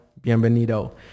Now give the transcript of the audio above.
bienvenido